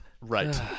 Right